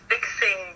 fixing